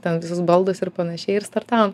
ten visus baldais ir panašiai ir startavom